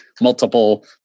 multiple